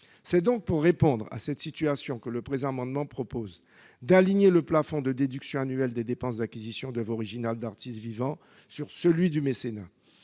présentés. Pour répondre à cette situation, le présent amendement vise à aligner le plafond de déduction annuelle des dépenses d'acquisition d'oeuvres originales d'artistes vivants sur celui du mécénat.